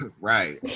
right